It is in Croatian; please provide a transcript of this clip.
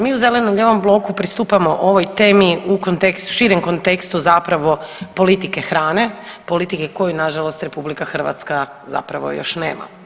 Mi u zeleno-lijevom bloku pristupamo ovoj temi u kontekstu, širem kontekstu zapravo politike hrane, politike koju nažalost RH zapravo još nema.